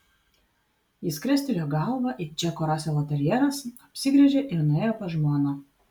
jis krestelėjo galvą it džeko raselo terjeras apsigręžė ir nuėjo pas žmoną